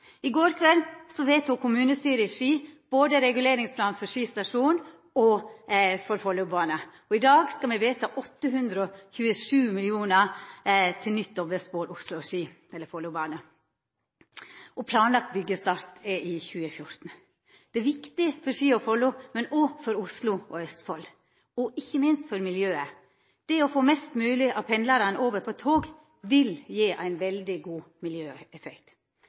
I går kveld vedtok kommunestyret i Ski både reguleringsplan for Ski stasjon og for Follobanen. I dag skal me vedta 827 mill. kr til nytt dobbeltspor Oslo–Ski, det vil seia Follobanen – planlagt byggjestart er i 2014. Dette er viktig for Ski og Follo, men òg for Oslo og Østfold. Ikkje minst er det viktig for miljøet. Det å få flest mogleg av pendlarane over på tog vil gje ein veldig god miljøeffekt.